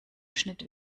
schnitt